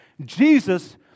Jesus